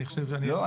אני חושב --- לא.